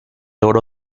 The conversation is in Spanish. oro